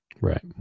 Right